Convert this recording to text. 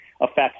affects